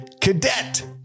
Cadet